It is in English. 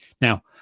Now